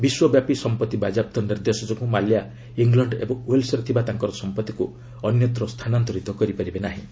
ବିଶ୍ୱବ୍ୟାପୀ ସମ୍ପତ୍ତି ବାଜ୍ୟାପ୍ତ ନିର୍ଦ୍ଦେଶ ଯୋଗୁଁ ମାଲ୍ୟା ଇଂଲଣ୍ଡ ଓ ୱେଲ୍ସ୍ରେ ଥିବା ତାଙ୍କ ସମ୍ପଭିକୁ ଅନ୍ୟତ୍ର ସ୍ଥାନାନ୍ତରିତ କରିପାରିବେ ନାହିଁ